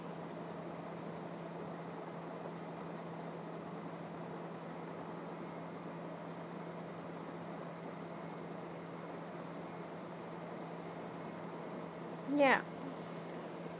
ya